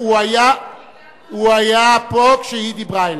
הוא היה פה כשהיא דיברה אליו.